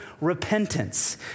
repentance